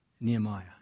Nehemiah